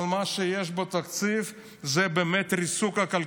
מה שיש בתקציב זה באמת ריסוק הכלכלה,